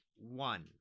one